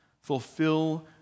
fulfill